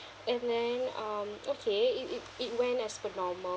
and then um okay it it it went as per normal